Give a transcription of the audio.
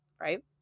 right